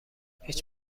هیچ